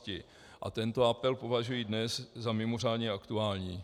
A tento apel považuji dnes za mimořádně aktuální.